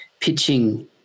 pitching